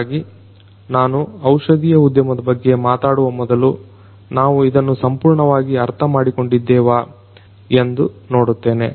ಹಾಗಾಗಿ ನಾನು ಔಷಧಿಯ ಉದ್ಯಮದ ಬಗ್ಗೆ ಮಾತಾಡುವ ಮೊದಲುನಾವು ಇದನ್ನ ಸಂಪೂರ್ಣವಾಗಿ ಅರ್ಥಮಾಡಿಕೊಂಡಿದ್ದೇವಾ ಎಂದು ನೋಡುತ್ತೇನೆ